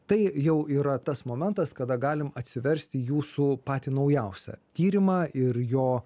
tai jau yra tas momentas kada galim atsiversti jūsų patį naujausią tyrimą ir jo